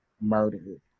murdered